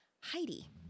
Heidi